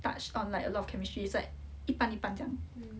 touch on like a lot of chemistry it's like 一半一半这样